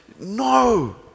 no